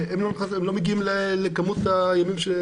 אבל הם לא מגיעים לכמות הימים.